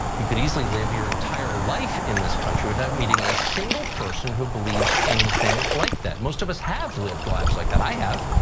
you could easily live your entire life in this country without meeting a single person who believes anything like that. most of us have lived lives like that, i have.